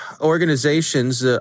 organizations